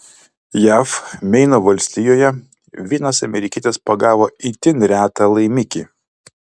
jav meino valstijoje vienas amerikietis pagavo itin retą laimikį